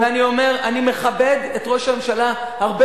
ואני אומר: אני מכבד את ראש הממשלה הרבה